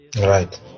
right